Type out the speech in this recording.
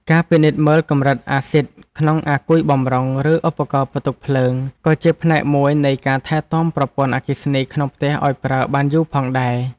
ការពិនិត្យមើលកម្រិតអាស៊ីតក្នុងអាគុយបម្រុង ឬឧបករណ៍ផ្ទុកភ្លើង ក៏ជាផ្នែកមួយនៃការថែទាំប្រព័ន្ធអគ្គិសនីក្នុងផ្ទះឱ្យប្រើបានយូរផងដែរ។